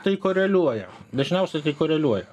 tai koreliuoja dažniausiai tai koreliuoja